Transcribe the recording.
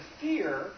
fear